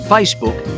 Facebook